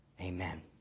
Amen